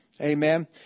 Amen